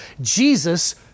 Jesus